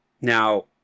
Now